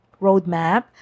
Roadmap